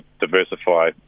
diversify